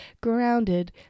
grounded